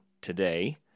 today